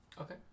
Okay